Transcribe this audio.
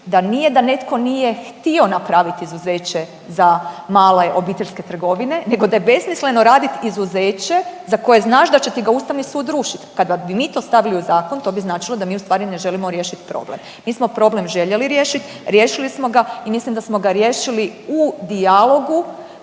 da nije da netko nije htio napraviti izuzeće za male obiteljske trgovine, nego da je besmisleno raditi izuzeće za koje znaš da će ti ga Ustavni sud rušiti. Kada bi mi to stavili u zakon to bi značilo da mi u stvari ne želimo riješiti problem. Mi smo problem željeli riješiti, riješili smo ga i mislim da smo ga riješili u dijalogu